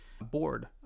board